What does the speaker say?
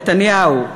נתניהו.